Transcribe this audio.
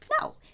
No